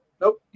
Nope